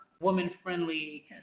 woman-friendly